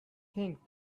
think